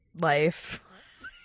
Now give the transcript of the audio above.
life